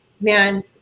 man